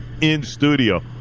in-studio